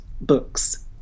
books